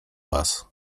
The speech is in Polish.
was